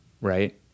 right